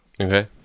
Okay